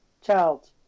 child